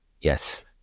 yes